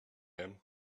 him